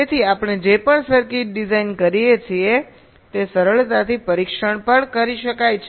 તેથી આપણે જે પણ સર્કિટ ડિઝાઇન કરીએ છીએ તે સરળતાથી પરીક્ષણ કરી શકાય છે